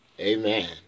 Amen